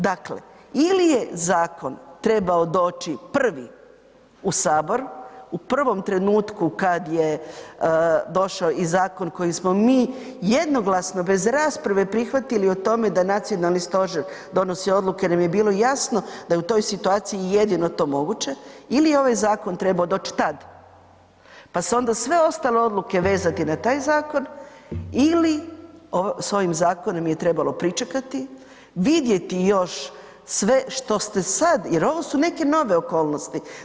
Dakle, ili je zakon trebao doći prvi u Sabor u prvom trenutku kada je došao i zakon koji smo mi jednoglasno bez rasprave prihvatili o tome da Nacionalni stožer donosi odluke nam je bilo jasno da je u toj situaciji jedino to moguće ili je ovaj zakon trebao doć tad, pa sve ostale odluke vezati na taj zakon ili s ovim zakonom je trebalo pričekati, vidjeti još sve što ste sad jer ovo su neke nove okolnosti.